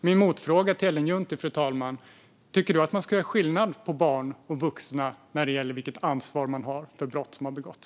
Min motfråga till Ellen Juntti är: Tycker du att det ska göras skillnad på barn och vuxna när det gäller vilket ansvar man har för brott man har begått?